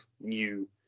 new